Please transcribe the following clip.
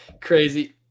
Crazy